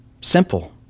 Simple